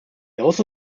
also